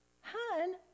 Hun